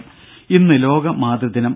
രുഭ ഇന്ന് ലോക മാതൃദിനം